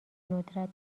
ندرت